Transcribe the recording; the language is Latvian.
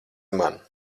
man